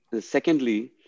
secondly